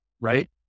right